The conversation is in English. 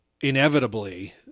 inevitably